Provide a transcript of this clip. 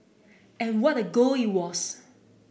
and what a goal it was